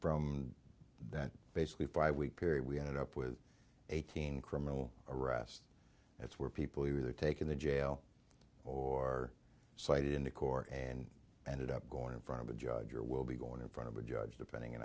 from that basically five week period we ended up with eighteen criminal arrests that's where people who were taken to jail or cited in the court and ended up going in front of a judge or we'll be going in front of a judge depending on